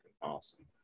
awesome